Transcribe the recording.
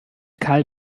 karl